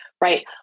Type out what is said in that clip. right